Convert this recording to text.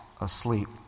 asleep